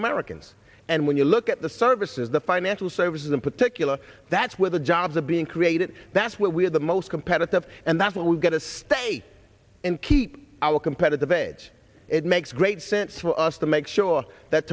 americans and when you look at the services the financial services in particular that's where the jobs are being created that's what we're the most competitive and that's what we've got to stay and keep our competitive edge it makes great sense for us to make sure that